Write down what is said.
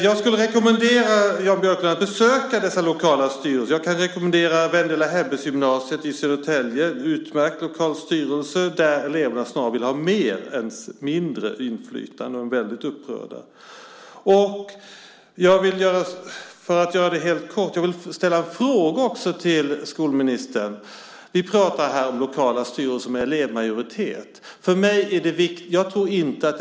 Jag rekommenderar Jan Björklund att besöka dessa lokala styrelser, till exempel Wendela Hebbegymnasiet i Södertälje som har en utmärkt lokal styrelse där eleverna snarare vill ha mer än mindre inflytande. De är mycket upprörda. Jag vill också ställa en fråga till skolministern. Vi pratar om lokala styrelser med elevmajoritet.